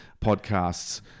podcasts